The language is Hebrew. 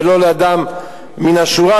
ולא לאדם מן השורה,